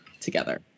together